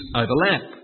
overlap